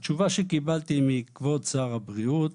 התשובה שקיבלתי מכבוד שר הבריאות